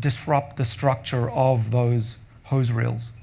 disrupt the structure of those hose reels,